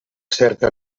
certa